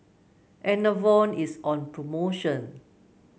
enervon is on promotion